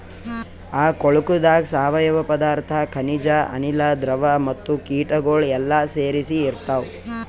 ಆ ಕೊಳುಕದಾಗ್ ಸಾವಯವ ಪದಾರ್ಥ, ಖನಿಜ, ಅನಿಲ, ದ್ರವ ಮತ್ತ ಕೀಟಗೊಳ್ ಎಲ್ಲಾ ಸೇರಿಸಿ ಇರ್ತಾವ್